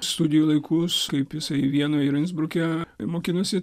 studijų laikus kaip jisai vienoj ir insbruke mokinosi